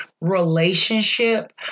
relationship